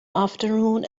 afternoon